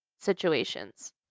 situations